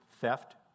theft